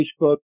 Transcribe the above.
Facebook